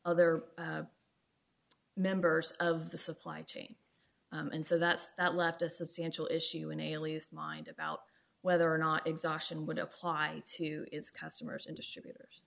other members of the supply chain and so that's that left a substantial issue in alias mind about whether or not exhaustion would apply to its customers and distributors